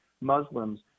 Muslims